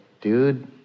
dude